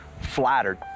Flattered